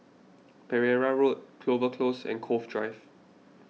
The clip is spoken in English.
Pereira Road Clover Close and Cove Drive